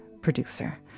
producer